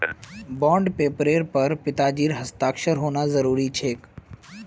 bond पेपरेर पर पिताजीर हस्ताक्षर होना जरूरी छेक